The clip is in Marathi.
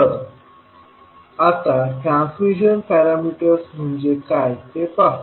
तर आता ट्रान्समिशन पॅरामीटर्स म्हणजे काय ते पाहू